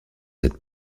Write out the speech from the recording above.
cette